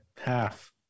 Half